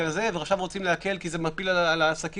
דברים